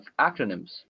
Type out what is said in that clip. acronyms